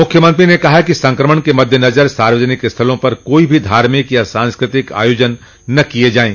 मुख्यमंत्री ने कहा कि संक्रमण के मद्देनजर सार्वजनिक स्थलों पर कोई भी धार्मिक या सांस्कृतिक आयोजन न न किये जाये